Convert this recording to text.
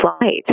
flight